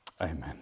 amen